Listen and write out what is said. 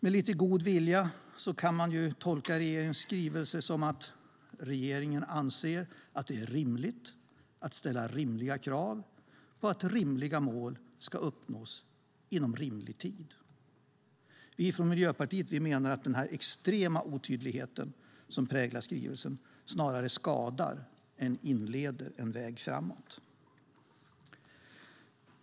Med lite god vilja kan man tolka regeringens skrivelse så att regeringen anser att det är rimligt att ställa rimliga krav på att rimliga mål ska uppnås inom rimlig tid. Vi i Miljöpartiet menar att den extrema otydlighet som präglar skrivelsen snarare skadar än leder framåt. Fru talman!